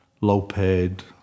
low-paid